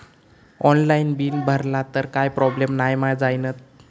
Online bill भरला तर काय प्रोब्लेम नाय मा जाईनत?